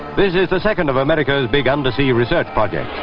this is the second of america's big undersea research project,